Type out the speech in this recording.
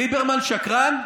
ליברמן שקרן?